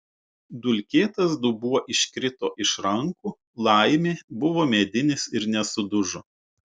dulkėtas dubuo iškrito iš rankų laimė buvo medinis ir nesudužo